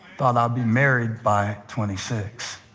thought i'd be married by twenty six.